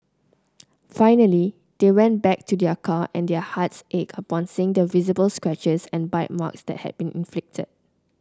finally they went back to their car and their hearts ached upon seeing the visible scratches and bite marks that had been inflicted